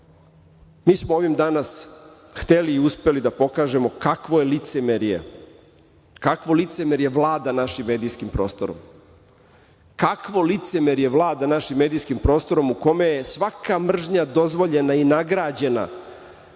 smo ovim danas hteli i uspeli da pokažemo kakvo licemerje vlada našim medijskim prostorom, kakvo licemerje vlada našim medijskim prostorom u kome je svaka mržnja dozvoljena i nagrađena